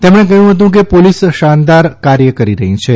તેમણે કહ્યું હતું કે પોલીસ શાનદાર કાર્ય કરી રહી છે